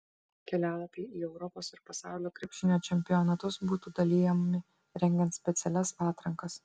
kelialapiai į europos ir pasaulio krepšinio čempionatus būtų dalijami rengiant specialias atrankas